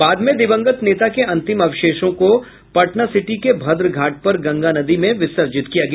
बाद में दिवंगत नेता के अंतिम अवशेषों को पटना सिटी के भद्रघाट पर गंगा नदी में विसर्जित किया गया